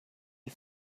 die